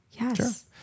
yes